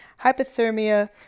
hypothermia